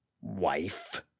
wife